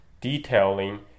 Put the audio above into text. detailing